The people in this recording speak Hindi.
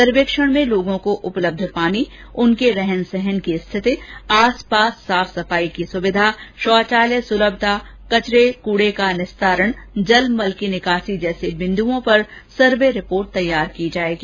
सर्वेक्षण में लोगों को उपलब्ध पानी उनके रहन सहन की स्थिति आसपास साफ सफाई की सुविधा शौचालय सुलभता कूड़े कचरे का निस्तारण जलमल की निकासी जैसे बिंदुओं पर सर्वे रिपोर्ट तैयार की जाएगी